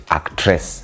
Actress